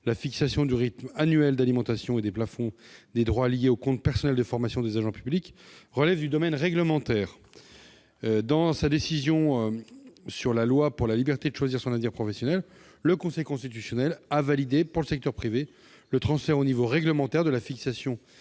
La fixation du rythme annuel d'alimentation et des plafonds des droits liés au compte personnel de formation des agents publics relèvent du domaine réglementaire. Dans sa décision sur la loi pour la liberté de choisir son avenir professionnel, le Conseil constitutionnel a validé, pour le secteur privé, le transfert au niveau réglementaire de la fixation